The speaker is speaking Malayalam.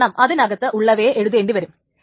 കാരണം അതിനകത്ത് ഉള്ളവയെ എഴുതേണ്ടിവരും